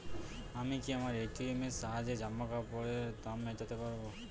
আমি কি আমার এ.টি.এম এর সাহায্যে জামাকাপরের দাম মেটাতে পারব?